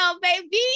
baby